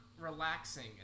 Relaxing